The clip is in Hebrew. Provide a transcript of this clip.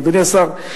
אדוני השר,